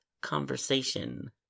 conversation